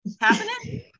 happening